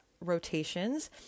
rotations